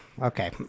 Okay